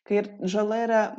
kai ir žala yra